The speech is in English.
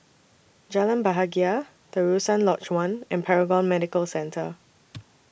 Jalan Bahagia Terusan Lodge one and Paragon Medical Centre